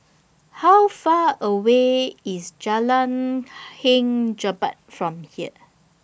How Far away IS Jalan Hang Jebat from here